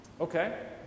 Okay